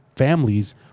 families